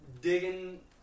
digging